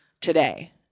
today